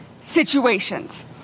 situations